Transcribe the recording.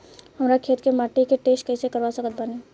हमरा खेत के माटी के टेस्ट कैसे करवा सकत बानी?